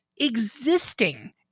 existing